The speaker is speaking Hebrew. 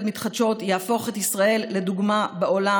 מתחדשות יהפוך את ישראל לדוגמה בעולם.